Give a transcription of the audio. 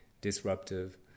disruptive